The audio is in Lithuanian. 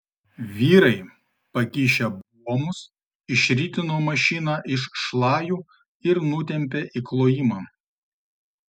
vyrai pakišę buomus išritino mašiną iš šlajų ir nutempė į klojimą